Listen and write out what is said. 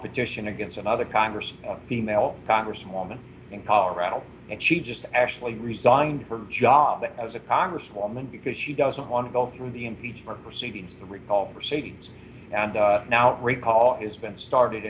petition against another congress female congresswoman in colorado and she just actually resigned her job as a congresswoman because she doesn't want to go through the impeachment proceedings the recall proceedings and now to recall has been started